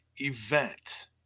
event